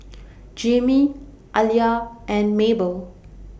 Jimmie Aliya and Mabel